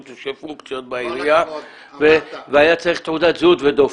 ושל פונקציות בעירייה והיה צריך תעודת זהות ודופק,